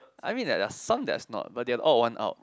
I mean that there are some that's not but they are all of one out